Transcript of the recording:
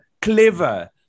clever